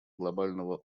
глобального